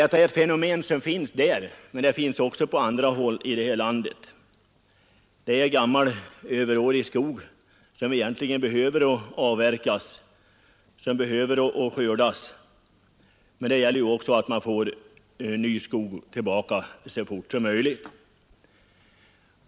Detta är ett fenomen som finns både i norra Värmland och på andra håll i det här landet: man har gammal överårig skog, som egentligen behöver avverkas — och det gäller också att få ny skog så fort som möjligt.